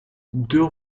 deux